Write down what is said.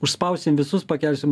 užspausim visus pakelsim